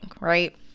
right